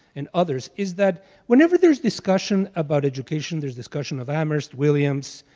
and others, is that whenever there's discussion about education, there's discussion of amherst, williams,